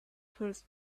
first